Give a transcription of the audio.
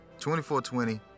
24-20